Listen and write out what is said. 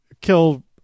kill